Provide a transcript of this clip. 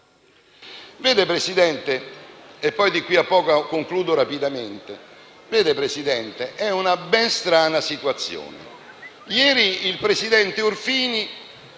Presidente, è una ben strana situazione. Ieri il presidente Orfini